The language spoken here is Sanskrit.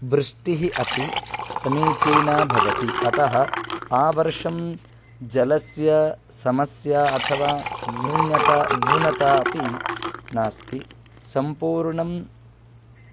वृष्टिः अपि समीचीना भवति अतः आवर्षं जलस्य समस्या अथवा न्यूनता न्यूनता अपि नास्ति सम्पूर्णं